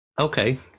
Okay